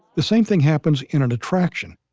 the same thing happens in an attraction.